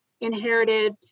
inherited